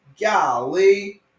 Golly